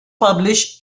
publish